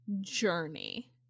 journey